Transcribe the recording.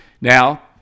now